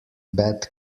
bat